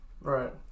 Right